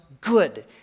good